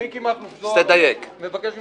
מיקי מכלוף זוהר, אני מבקש ממך.